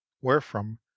wherefrom